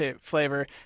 flavor